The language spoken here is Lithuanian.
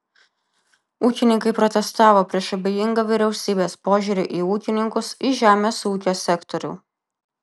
ūkininkai protestavo prieš abejingą vyriausybės požiūrį į ūkininkus į žemės ūkio sektorių